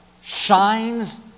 shines